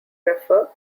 refer